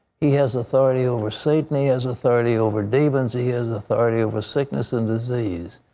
he has authority over satan. he has authority over demons. he has authority over sickness and disease.